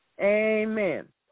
Amen